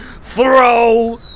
Throw